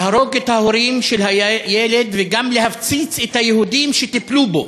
להרוג את ההורים של הילד וגם להפציץ את היהודים שטיפלו בו,